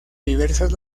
diversas